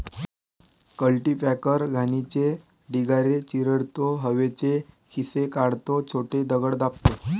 cultipacker घाणीचे ढिगारे चिरडतो, हवेचे खिसे काढतो, छोटे दगड दाबतो